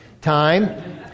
time